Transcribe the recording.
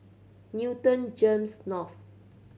Newton GEMS North